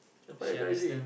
your father die already